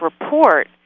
report